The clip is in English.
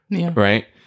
right